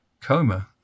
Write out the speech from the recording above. coma